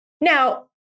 Now